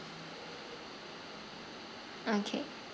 okay